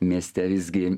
mieste visgi